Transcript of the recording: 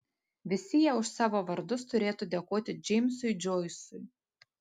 visi jie už savo vardus turėtų dėkoti džeimsui džoisui